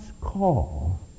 call